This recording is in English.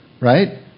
right